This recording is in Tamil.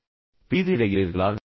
எனவே நீங்கள் பீதியடைகிறீர்களா